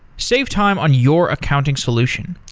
save time on your accounting solution.